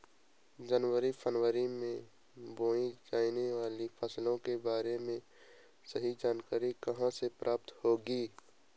जनवरी फरवरी में बोई जाने वाली फसलों के बारे में सही जानकारी कहाँ से प्राप्त होगी?